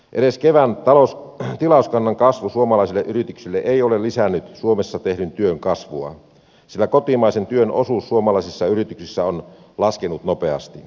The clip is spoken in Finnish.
edes kevään tilauskannan kasvu suomalaisille yrityksille ei ole lisännyt suomessa tehdyn työn kasvua sillä kotimaisen työn osuus suomalaisissa yrityksissä on laskenut nopeasti